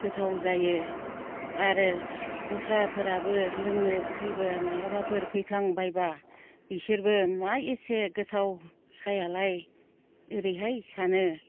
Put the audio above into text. गोथाव जायो आरो दस्राफोराबो लोंनो फैबा माब्लाबाफोर फैफ्लांबायबा बिसोरबो मा एसे गोथाव साहायालाय ओरैहाय सानो